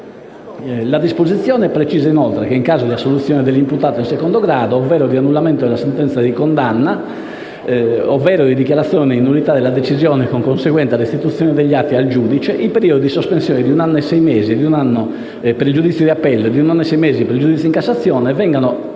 La disposizione precisa inoltre che, in caso di assoluzione dell'imputato in secondo grado, ovvero di annullamento della sentenza di condanna ovvero di dichiarazione di nullità della decisione, con conseguente restituzione degli atti al giudice, i periodi di sospensione di un anno e sei mesi (per il giudizio d'appello) e di un anno e sei mesi (per il giudizio di Cassazione) vengano